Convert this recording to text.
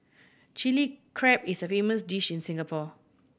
Chilli Crab is a famous dish in Singapore